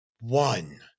One